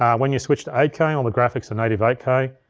um when you switch to eight k, all the graphics in native eight k,